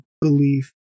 belief